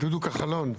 דודו כחלון,